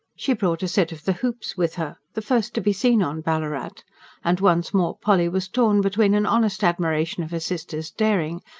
she brought a set of the hoops with her the first to be seen on ballarat and once more polly was torn between an honest admiration of her sister's daring,